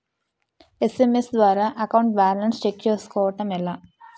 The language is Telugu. ఎస్.ఎం.ఎస్ ద్వారా అకౌంట్ బాలన్స్ చెక్ చేసుకోవటం ఎలా?